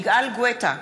יגאל גואטה,